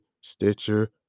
Stitcher